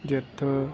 ਜਿੱਥੇ